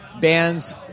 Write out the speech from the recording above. bands